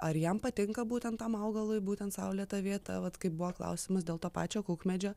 ar jam patinka būtent tam augalui būtent saulėta vieta vat kaip buvo klausimas dėl to pačio kukmedžio